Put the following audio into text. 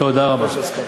תודה רבה.